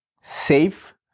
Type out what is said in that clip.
safe